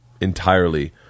entirely